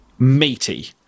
meaty